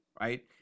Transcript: right